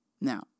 Now